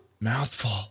Mouthful